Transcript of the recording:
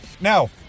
Now